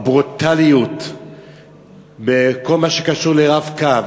הברוטליות בכל מה שקשור ל"רב-קו",